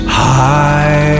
high